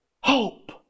hope